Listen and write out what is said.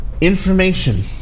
information